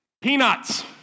peanuts